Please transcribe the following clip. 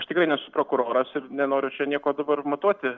aš tikrai nesu prokuroras ir nenoriu čia nieko dabar matuoti